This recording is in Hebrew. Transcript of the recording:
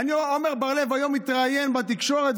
עמר בר לב היום התראיין בתקשורת,